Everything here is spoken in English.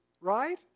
right